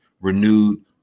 renewed